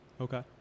Okay